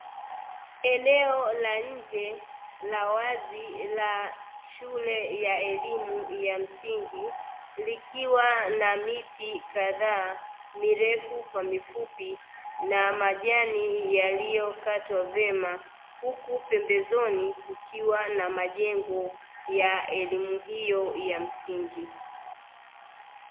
Eneo la nje la wazi la shule ya elimu ya msingi; likiwa na miti kadhaa mirefu kwa mifupi na majani yaliyokatwa vyema, huku pembezoni kukiwa na majengo ya elimu hiyo ya msingi.